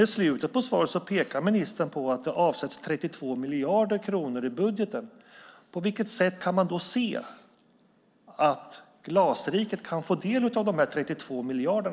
I slutet av svaret pekar ministern på att det avsätts 32 miljarder kronor i budgeten. På vilket sätt kan man se att Glasriket kan få del av dessa 32 miljarder?